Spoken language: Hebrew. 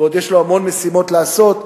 ועוד יש לו המון משימות לעשות,